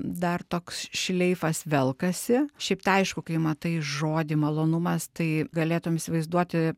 dar toks šleifas velkasi šiaip tai aišku kai matai žodį malonumas tai galėtum įsivaizduoti